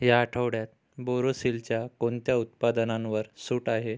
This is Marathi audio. या आठवड्यात बोरोसिलच्या कोणत्या उत्पादनांवर सूट आहे